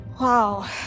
wow